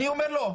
אני אומר לו,